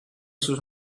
sus